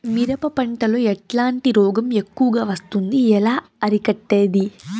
మిరప పంట లో ఎట్లాంటి రోగం ఎక్కువగా వస్తుంది? ఎలా అరికట్టేది?